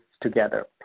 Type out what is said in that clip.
together